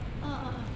ah ah ah